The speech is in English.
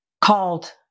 called